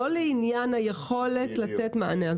לא לעניין היכולת לתת מענה.